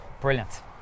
Brilliant